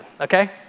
okay